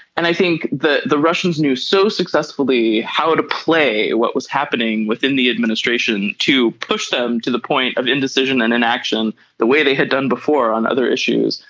and i think the the russians knew so successfully how to play what was happening within the administration to push them to the point of indecision and inaction the way they had done before on other issues.